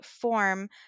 form